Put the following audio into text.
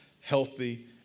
healthy